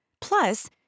Plus